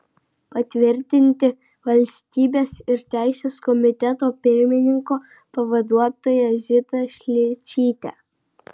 patvirtinti valstybės ir teisės komiteto pirmininko pavaduotoja zitą šličytę